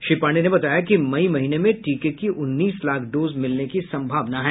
श्री पांडेय ने बताया कि मई महीने में टीके की उन्नीस लाख डोज मिलने की सम्भावना है